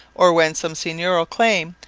or when some seigneurial claim,